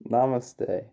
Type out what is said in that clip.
Namaste